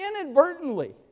inadvertently